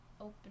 open